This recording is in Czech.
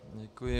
Děkuji.